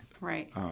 Right